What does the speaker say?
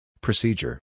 Procedure